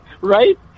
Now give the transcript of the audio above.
Right